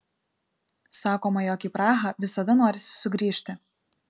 sakoma jog į prahą visada norisi sugrįžti